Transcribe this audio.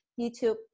YouTube